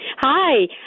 Hi